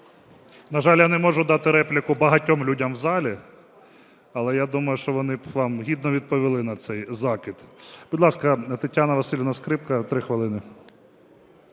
На жаль, я не можу дати репліку багатьом людям в залі, але, я думаю, що вони б вам гідно відповіли на цей закид. Будь ласка, Тетяна Василівна Скрипка – 3 хвилини.